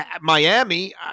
Miami –